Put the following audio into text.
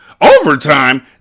Overtime